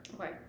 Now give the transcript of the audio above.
okay